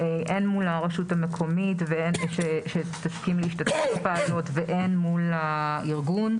זה יהיה הן מול הרשות המקומית שתסכים להשתתף בפיילוט והן מול הארגון.